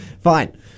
Fine